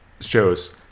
shows